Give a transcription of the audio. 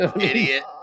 idiot